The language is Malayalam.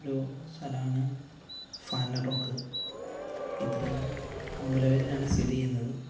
ഒരു സ്ഥലമാണ് ഫന്നാറോക്ക് ഇത് അമ്പലവയലിലാണ് സ്ഥിതിചെയ്യുന്നത്